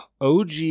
og